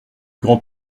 grand